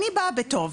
אני באה בטוב.